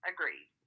Agreed